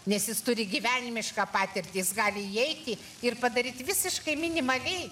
nes jis turi gyvenimišką patirtį gali įeiti ir padaryti visiškai minimaliai